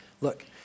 Look